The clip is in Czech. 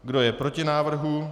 Kdo je proti návrhu?